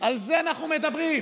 זה אנחנו מדברים.